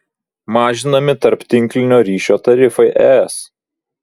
mažinami tarptinklinio ryšio tarifai es